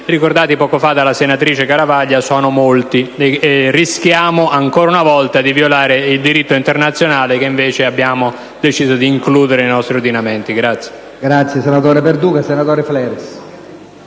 ricordato poco fa della senatrice Garavaglia sono molti. Rischiamo ancora una volta di violare il diritto internazionale, che invece abbiamo deciso di includere nel nostro ordinamento. **Per un'informativa del Governo